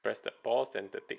press the pause than the tick